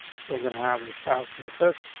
so i'm gonna have the style css.